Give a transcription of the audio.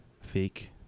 fake